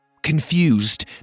confused